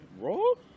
roll